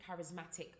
Charismatic